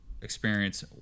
experience